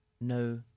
no